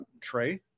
Trey